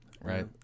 Right